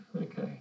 Okay